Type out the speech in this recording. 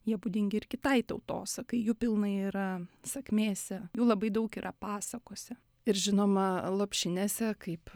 jie būdingi ir kitai tautosakai jų pilna yra sakmėse jų labai daug yra pasakose ir žinoma lopšinėse kaip